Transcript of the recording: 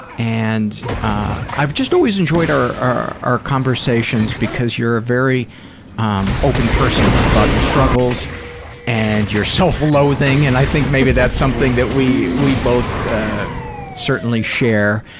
and i've just always enjoyed our our conversations because you're a very um open person about your struggles and your self-loathing paul and i think maybe that's something that we we both certainly share.